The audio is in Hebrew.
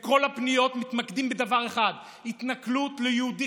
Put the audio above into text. כל הפניות מתמקדות בדבר אחד: התנכלות ליהודי